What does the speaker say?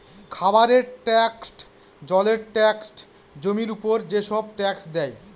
খাবারের ট্যাক্স, জলের ট্যাক্স, জমির উপর যেসব ট্যাক্স দেয়